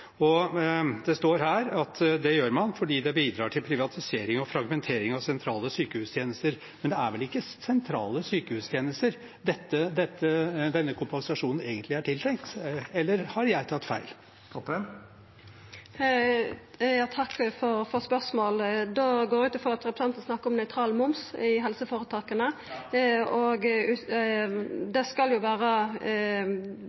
Det står at det gjør man fordi det bidrar til privatisering og fragmentering av sentrale sykehustjenester. Men det er vel ikke sentrale sykehustjenester denne kompensasjonen egentlig er tiltenkt – eller har jeg tatt feil? Eg takkar for spørsmålet. Eg går ut frå at representanten snakkar om nøytral moms i